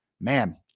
Man